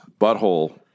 Butthole